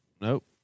Nope